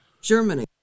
germany